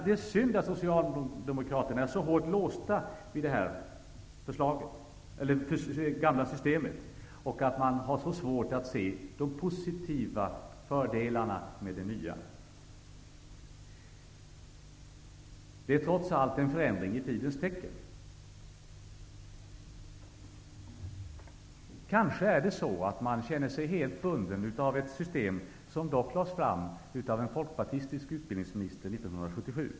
Det är synd att Socialdemokraterna är så hårt låsta vid det gamla systemet och att de har så svårt att se fördelarna med det nya förslaget. Det är trots allt en förändring i tidens tecken. Kanske är det så att Socialdemokraterna känner sig bundna av ett system, som dock lades fram av en folkpartistisk utbildningsminister 1977.